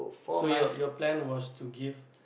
so your your plan was to give